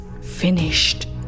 finished